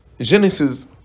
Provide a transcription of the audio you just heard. Genesis